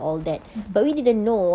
mm mm